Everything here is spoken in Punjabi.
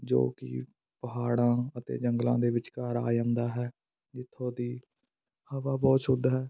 ਜੋ ਕਿ ਪਹਾੜਾਂ ਅਤੇ ਜੰਗਲਾਂ ਦੇ ਵਿਚਕਾਰ ਆ ਜਾਂਦਾ ਹੈ ਜਿੱਥੋਂ ਦੀ ਹਵਾ ਬਹੁਤ ਸ਼ੁੱਧ ਹੈ